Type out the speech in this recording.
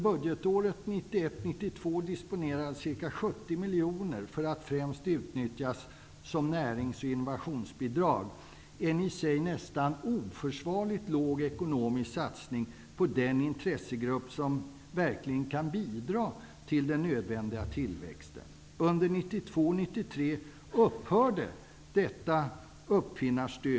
Budgetåret 1991/92 disponerades ca 70 miljoner främst för att utnyttjas som närings och innovationsbidrag -- en i sig nästan oförsvarligt liten ekonomisk satsning på den intressegrupp som verkligen kan bidra till den nödvändiga tillväxten.